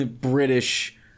British